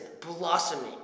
blossoming